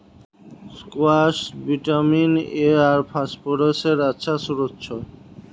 squash vitamin A आर फस्फोरसेर अच्छा श्रोत छ